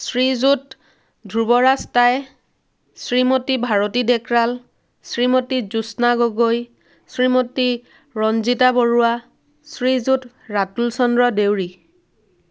Srijut Dhruvraj Tai Srimati Bharati Dekaral Srimati Josna Gogoi Srimati Ranjita Baruah Srijut Ratul Chandra Deori